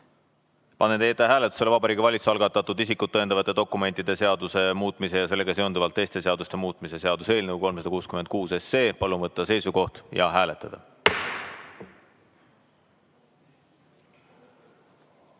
teie ette hääletusele Vabariigi Valitsuse algatatud isikut tõendavate dokumentide seaduse muutmise ja sellega seonduvalt teiste seaduste muutmise seaduse eelnõu 366. Palun võtta seisukoht ja hääletada!